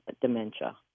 dementia